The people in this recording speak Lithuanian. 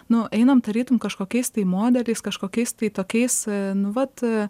nu einam tarytum kažkokiais tai modeliais kažkokiais tai tokiais nu vat